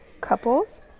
couples